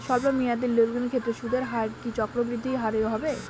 স্বল্প মেয়াদী লোনগুলির ক্ষেত্রে সুদের হার কি চক্রবৃদ্ধি হারে হবে?